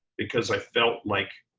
because i felt like.